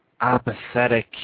apathetic